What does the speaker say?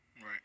Right